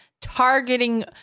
targeting